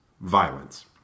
violence